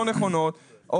לא נכונות.